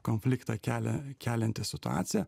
konfliktą kelia kelianti situacija